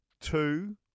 two